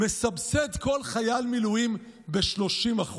מסבסד כל חייל מילואים ב-30%?